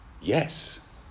Yes